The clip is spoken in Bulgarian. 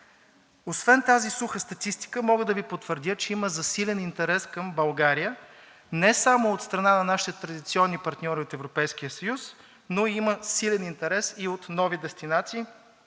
Освен тази суха статистика мога да Ви потвърдя, че има засилен интерес към България не само от страна на нашите традиционни партньори от Европейския съюз, но има силен интерес и от нови дестинации,